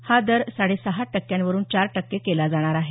हा दर साडे सहा टक्क्यांवरुन चार टक्के केला जाणार आहे